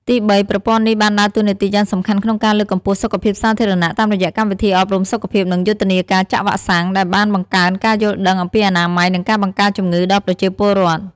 ទីបីប្រព័ន្ធនេះបានដើរតួនាទីយ៉ាងសំខាន់ក្នុងការលើកកម្ពស់សុខភាពសាធារណៈ តាមរយៈកម្មវិធីអប់រំសុខភាព និងយុទ្ធនាការចាក់វ៉ាក់សាំង ដែលបានបង្កើនការយល់ដឹងអំពីអនាម័យ និងការបង្ការជំងឺដល់ប្រជាពលរដ្ឋ។